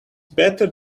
better